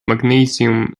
magnesium